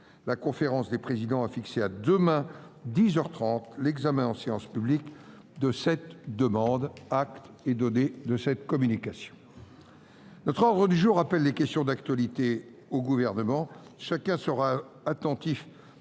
La conférence des présidents a fixé à demain, dix heures trente, l'examen en séance publique de cette demande. Acte est donné de cette communication. L'ordre du jour appelle les réponses à des questions d'actualité au Gouvernement. Chacun sera attentif